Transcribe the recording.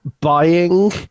buying